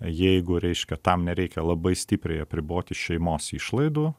jeigu reiškia tam nereikia labai stipriai apriboti šeimos išlaidų